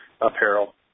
apparel